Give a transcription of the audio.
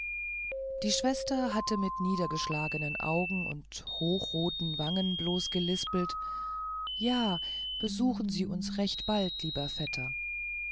die schwester hatte mit niedergeschlagenen augen und hochroten wangen bloß gelispelt ja besuchen sie uns recht bald lieber vetter